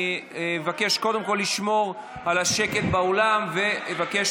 אני מבקש לשמור על השקט באולם ואבקש